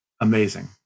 amazing